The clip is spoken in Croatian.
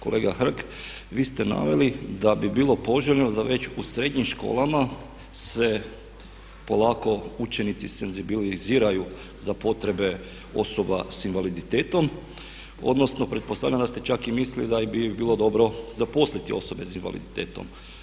Kolega Hrg, vi ste naveli da bi bilo poželjno da već u srednjim školama se polako učenici senzibiliziraju za potrebe osoba s invaliditetom odnosno pretpostavljam da ste čak i mislili da bi i bilo dobro zaposliti osobe s invaliditetom.